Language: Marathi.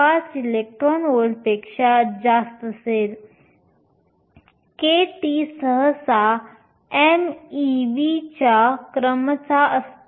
5 इलेक्ट्रॉन व्होल्टपेक्षा जास्त पॉईंट असेल kT सहसा mevच्या क्रमाचा असतो